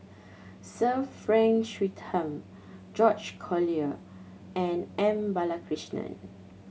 Sir Frank Swettenham George Collyer and M Balakrishnan